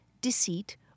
deceit